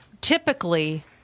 typically